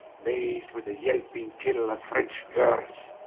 maz'd with a yelping kennell of french curres.